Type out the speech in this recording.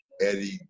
Eddie